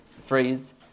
phrase